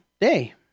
day